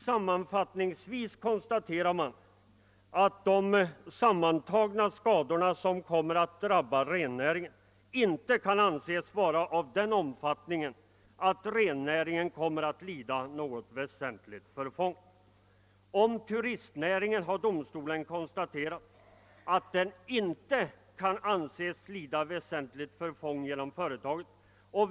Sammanfattningsvis konstaterar man att de sammantagna skador som kommer att drabba rennäringen inte kan anses vara av den omfattningen att rennäringen kommer att lida något väsentligt förfång. Om turistnäringen har domstolen konstaterat att den inte kan anses lida väsentligt förfång genom företaget.